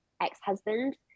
ex-husband